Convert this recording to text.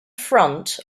front